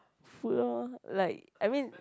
food lor like I mean